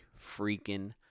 freaking